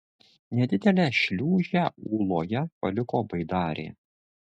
nedidelę šliūžę ūloje paliko baidarė